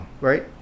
right